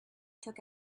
took